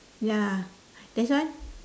ya that's why